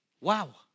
Wow